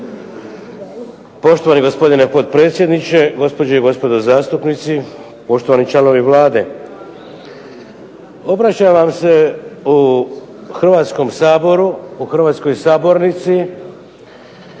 Poštovani gospodine potpredsjedniče, gospođe i gospodo zastupnici, poštovani članovi Vlade. Obraćam vam se u Hrvatskom saboru, u hrvatskoj sabornici